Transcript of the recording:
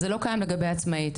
זה לא קיים לגבי עצמאית.